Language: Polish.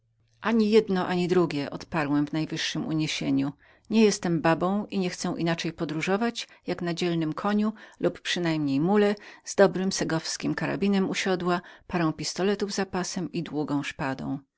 ani jedno ani drugie odparłem w najwyższem uniesieniu nie jestem babą i nie chcę inaczej podróżawaćpodróżować jak na dzielnym koniu lub przynajmniej mule z dobrym segowskim karabinem u siodła parą pistoletów za pasem i długą szpadą